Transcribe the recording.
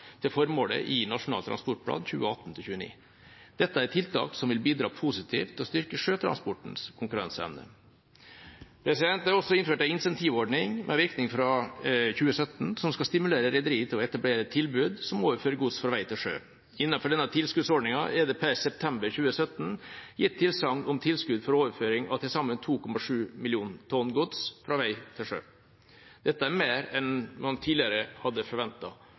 til formålet i Nasjonal transportplan 2018–2029. Dette er tiltak som vil bidra positivt til å styrke sjøtransportens konkurranseevne. Det er også innført en incentivordning med virkning fra 2017 som skal stimulere rederi til å etablere tilbud som overfører gods fra vei til sjø. Innenfor denne tilskuddsordningen er det per september 2017 gitt tilsagn om tilskudd for overføring av til sammen 2,7 mill. tonn gods fra vei til sjø. Dette er mer enn man tidligere hadde